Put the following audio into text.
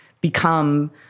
become